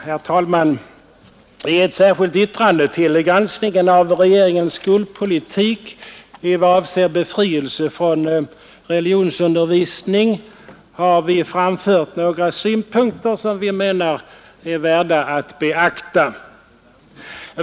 Herr talman! I ett särskilt yttrande till granskningen av regeringens skolpolitik i vad avser befrielse från religionsundervisning har vi framfört några synpunkter, som vi menar är värda att beakta.